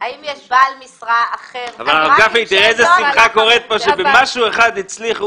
תראה איזו שמחה כאן כי במשהו אחד הצליחו